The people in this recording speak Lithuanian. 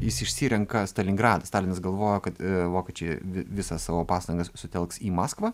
jis išsirenka stalingradą stalinas galvojo kad vokiečiai vi visas savo pastangas sutelks į maskvą